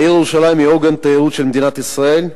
העיר ירושלים היא אורגן תיירות של מדינת ישראל,